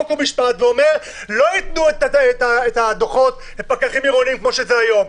חוק ומשפט ואומר: לא ייתנו את הדוחות פקחים עירוניים כמו היום,